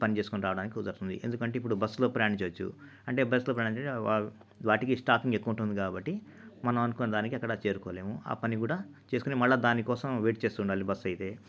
పని చేసుకోని రావడానికి కుదురుతుంది ఎందుకంటే ఇప్పుడు బస్సులో ప్రయాణించ వచ్చు అంటే బస్సులో ప్రయాణించే వా వాటికి స్టాపింగ్ ఎక్కువ ఉంటుంది కాబట్టి మనము అనుకొనేదానికి అక్కడ చేరుకోలేము ఆ పని కూడా చేసుకొని మళ్ళీ దాని కోసం వెయిట్ చేస్తూ ఉండాలి బస్సు అయితే